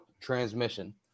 Transmission